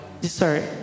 Sorry